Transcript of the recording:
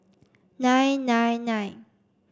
nine nine nine